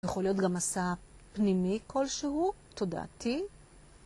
יכול להיות גם מסע פנימי כלשהו, תודעתי.